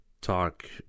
talk